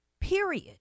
period